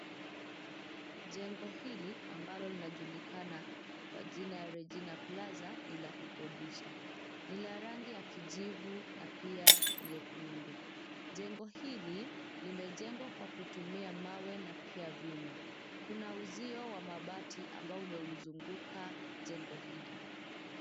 Jengo hili ambalo linajulikana kwa jina la regina plaza ni la kukodisha ni la rangi ya kijivu na pia nyekundu. Jengo hili limejengwa kwa kutumia mawe na pia vyuma. Kuna uzio wa mabati ambao umeuzunguka jengo hili.